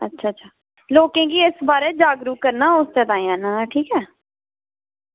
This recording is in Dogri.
लोकें गी इसदे बारै च जागरूक करना इसदे बारै च आह्नना ठीक ऐ